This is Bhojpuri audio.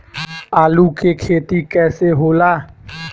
आलू के खेती कैसे होला?